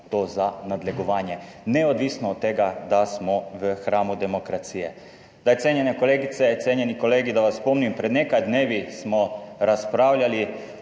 to za nadlegovanje, neodvisno od tega, da smo v hramu demokracije. Zdaj cenjene kolegice, cenjeni kolegi, da vas spomnim. Pred nekaj dnevi smo razpravljali